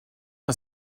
est